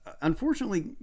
Unfortunately